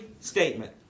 statement